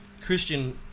Christian